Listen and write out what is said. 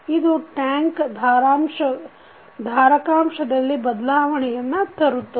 ಇದು ಟ್ಯಾಂಕ್ ಧಾರಕಾಂಶದಲ್ಲಿ ಬದಲಾವಣೆಯನ್ನು ತರುತ್ತದೆ